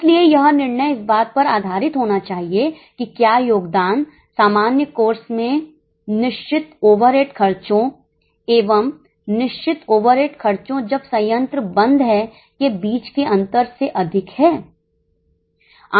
इसलिए यह निर्णय इस बात पर आधारित होना चाहिए कि क्या योगदान सामान्य कोर्स में निश्चित ओवरहेड खर्चों एवं निश्चित ओवरहेड खर्चों जब संयंत्र बंद है के बीच के अंतर से अधिक है